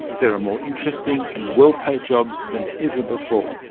there are more interesting and well-paid jobs than ever before.